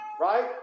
right